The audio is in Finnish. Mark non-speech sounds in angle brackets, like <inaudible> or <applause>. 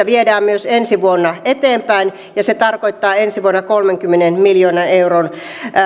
<unintelligible> viedään myös ensi vuonna eteenpäin ja se tarkoittaa ensi vuonna kolmenkymmenen miljoonan euron